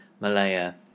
Malaya